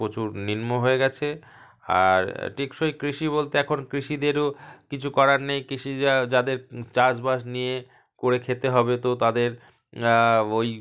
প্রচুর নিম্ন হয়ে গেছে আর টিকসই কৃষি বলতে এখন কৃষিদেরও কিছু করার নেই কৃষি যাদের চাষবাস নিয়ে করে খেতে হবে তো তাদের ওই